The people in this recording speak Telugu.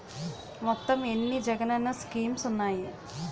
మొత్తం ఎన్ని జగనన్న స్కీమ్స్ ఉన్నాయి?